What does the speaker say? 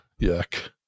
yuck